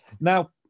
Now